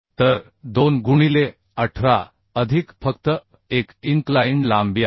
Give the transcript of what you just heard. तर 2 गुणिले 18 अधिक फक्त एक इन्क्लाइन्ड लांबी आहे